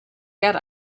get